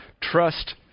trust